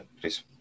please